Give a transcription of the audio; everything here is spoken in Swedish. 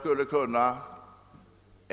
Herr talman!